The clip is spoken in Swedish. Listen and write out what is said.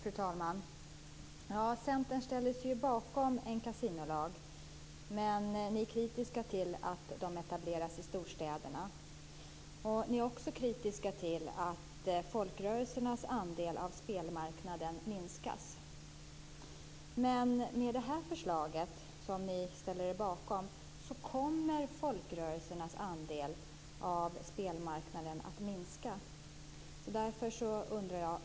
Fru talman! Centern ställer sig bakom en kasinolag, men ni är kritiska till att kasinon etableras i storstäderna. Ni är också kritiska till att folkrörelsernas andel av spelmarknaden minskas. Men med det förslag som ni ställer er bakom kommer folkrörelsernas andel av spelmarknaden att minska.